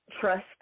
trust